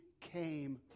came